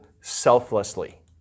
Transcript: selflessly